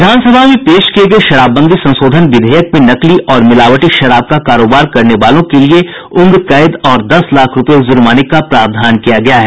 विधानसभा में पेश किये गये शराबबंदी संशोधन विधेयक में नकली और मिलावटी शराब का कारोबार करने वालों के लिए उम्रकैद और दस लाख रूपये जुर्माने का प्रावधान किया गया है